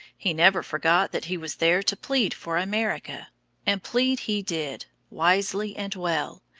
he never forgot that he was there to plead for america and plead he did, wisely and well,